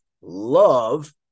love